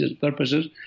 purposes